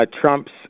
trumps